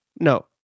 No